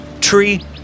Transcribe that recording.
Tree